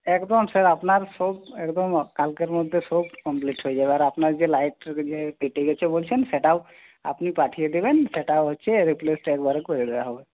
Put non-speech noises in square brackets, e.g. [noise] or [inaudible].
একদম স্যার আপনার সব একদম কালকের মধ্যে সব কমপ্লিট হয়ে যাবে আর আপনার যে লাইট কেটে গেছে বলছেন সেটাও আপনি পাঠিয়ে দেবেন সেটাও হচ্ছে [unintelligible] করে দেওয়া হবে